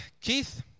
Keith